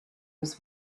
was